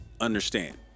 understand